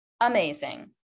amazing